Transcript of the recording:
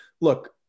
look